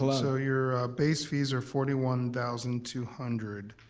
ah so your base fees are forty one thousand two hundred